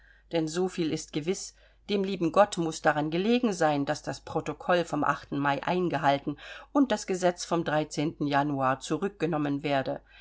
denn soviel ist gewiß dem lieben gott muß daran gelegen sein daß das protokoll vom mai eingehalten und das gesetz vom januar zurückgenommen werde